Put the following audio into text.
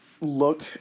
look